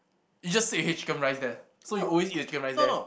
you just said you hate the chicken rice there so you always eat the chicken rice there